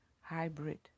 hybrid